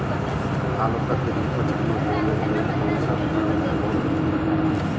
ಹಾಲು, ತತ್ತಿ, ತುಪ್ಪ, ಚರ್ಮಮತ್ತ ಉಣ್ಣಿಯಂತ ಉತ್ಪನ್ನಗಳಿಗೆ ಸಾಕೋ ಪ್ರಾಣಿಗಳನ್ನ ಜಾನವಾರಗಳು ಅಂತ ಕರೇತಾರ